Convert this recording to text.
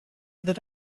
that